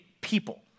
people